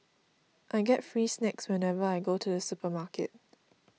I get free snacks whenever I go to the supermarket